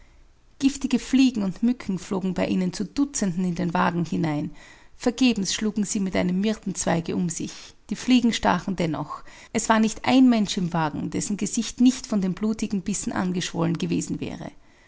giftige fliegen und mücken flogen bei ihnen zu dutzenden in den wagen hinein vergebens schlugen sie mit einem myrtenzweige um sich die fliegen stachen dennoch es war nicht ein mensch im wagen dessen gesicht nicht von den blutigen bissen angeschwollen gewesen wäre